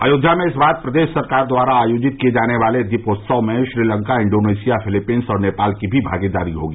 अयोध्या में इस बार प्रदेश सरकार द्वारा आयोजित किये जाने वाले दीपोत्सव में श्रीलंका इंडोनेशिया फिलीपीन्स और नेपाल की भी भागीदारी होगी